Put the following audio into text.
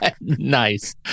nice